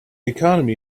economy